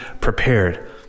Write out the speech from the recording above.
prepared